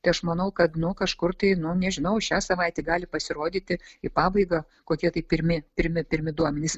tai aš manau kad nu kažkur tai nu nežinau šią savaitę gali pasirodyti į pabaigą kokie tai pirmi pirmi pirmi duomenys